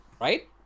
Right